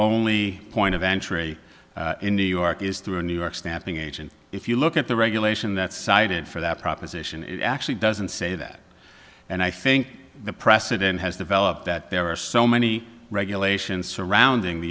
only point of entry in new york is through a new york stamping agent if you look at the regulation that's cited for that proposition it actually doesn't say that and i think the precedent has developed that there are so many regulations surrounding the